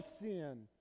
sin